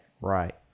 Right